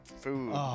Food